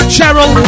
Cheryl